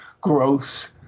gross